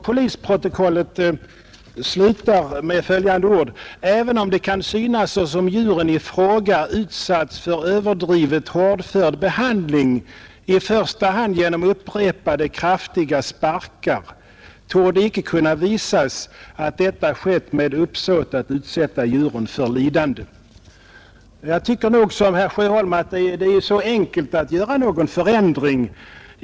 Polisprotokollet slutar med följande ord: ”Även om det kan synas som om djuren i fråga — i första hand genom upprepade kraftiga sparkar — utsatts för överdrivet hårdför behandling, torde icke kunna visas, att detta skett med uppsåt att utsätta djuren för lidande.” Jag tycker som herr Sjöholm att det är enkelt nog att åstadkomma en förändring av djurplågeriparagrafen.